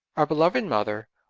our beloved mother,